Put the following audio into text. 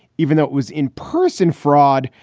even though it was in-person fraud.